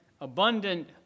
abundant